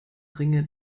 ringe